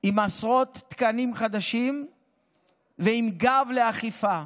עם עשרות תקנים חדשים ועם גב באכיפה,